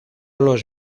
los